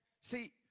See